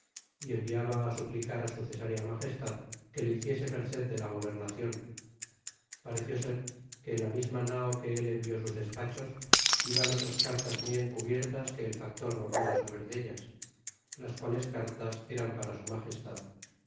y enviaba á suplicar su cesarea magestad que le hiciese merced de la gobernacion pareció ser que en la misma nao que el envió sus despachos iban otras cartas muy encubiertas que el factor no pudo saber dellas las quales cartas eran para su magestad